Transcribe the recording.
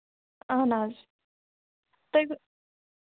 اَہَن حظ تُہۍ